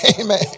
Amen